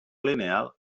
lineal